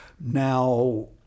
Now